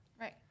Right